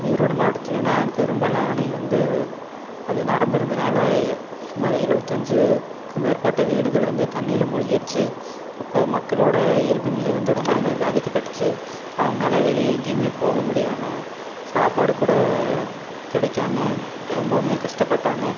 ஈரோடு மாவட்டத்திலனா பெரும்பள்ளம் அணை வந்து அது நிரம்புனதுனால சுமார் எழுபத்தஞ்சிக்கு மேற்பட்ட வீடுகள் வந்து தண்ணியில மூழ்கிடுச்சு அப்போ மக்களோட இயல்பு நிலை வந்து ரொம்பவே பாதிக்கப்பட்டுச்சு அவங்களால் வெளியே எங்கேயுமே போக முடியாமல் சாப்பாடு கூட கிடைக்காம ரொம்பவுமே கஷ்டப்பட்டாங்கள்